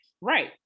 Right